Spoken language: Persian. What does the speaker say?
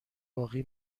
باقی